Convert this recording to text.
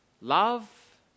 Love